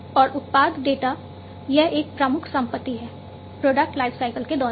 और उत्पाद डेटा यह एक प्रमुख संपत्ति है प्रोडक्ट लाइफसाइकिल के दौरान